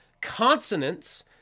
consonants